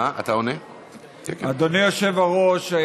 אדוני היושב-ראש,